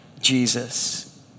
Jesus